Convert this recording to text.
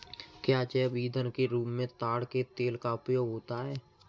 क्या जैव ईंधन के रूप में ताड़ के तेल का उपयोग होता है?